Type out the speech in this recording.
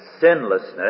sinlessness